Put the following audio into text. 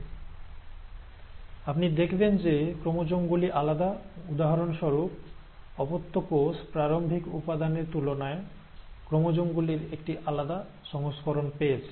আপনি দেখবেন যে ক্রোমোজোম গুলি আলাদা উদাহরণস্বরূপ অপত্য কোষ প্রারম্ভিক উপাদানের তুলনায় ক্রোমোজোম গুলির একটি আলাদা সংস্করণ পেয়েছে